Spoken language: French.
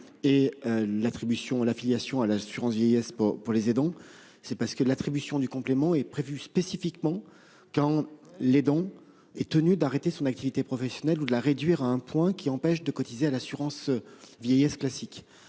le complément et l'affiliation à l'assurance vieillesse pour les aidants, c'est parce que l'attribution du complément est prévue spécifiquement quand l'aidant est tenu d'arrêter son activité professionnelle ou de la réduire à un point qui l'empêche de cotiser à l'assurance vieillesse classique.